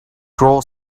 grow